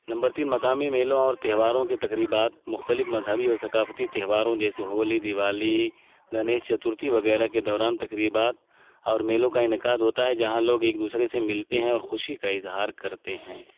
number تین مقامی میلوں اور تہواروں کے تقریبات مختلف مذہبی اور ثقافتی تہواروں جیسے ہولی دیوالی گنیش چترتھی وغیرہ کے دوران تقریبات اور میلوں کا انعقاد ہوتا ہے جہاں لوگ ایک دوسرے سے ملتے ہیں اور خوشی کا اظہار کرتے ہیں